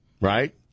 right